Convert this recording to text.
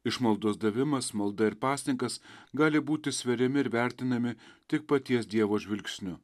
išmaldos davimas malda ir pasninkas gali būti sveriami ir vertinami tik paties dievo žvilgsniu